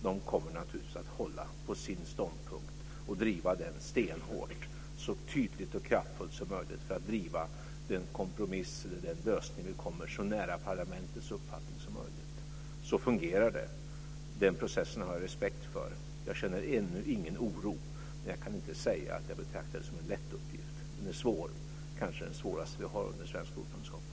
Man kommer naturligtvis att hålla på sin ståndpunkt och driva den stenhårt, så tydligt och kraftfullt som möjligt, för att få den lösning eller den kompromiss vi kommer fram till så nära sin egen uppfattning som möjligt. Så fungerar det, och den processen har jag respekt för. Jag känner ännu ingen oro, men jag kan inte säga att jag betraktar detta som en lätt uppgift. Den är svår - kanske den svåraste vi har under det svenska ordförandeskapet.